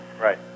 Right